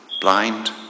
blind